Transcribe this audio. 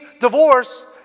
divorce